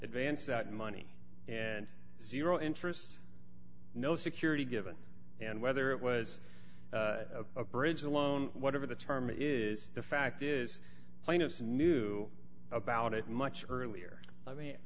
advance that money and zero interest no security given and whether it was a bridge loan whatever the term is the fact is plaintiff knew about it much earlier i mean